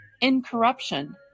incorruption